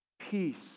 peace